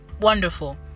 wonderful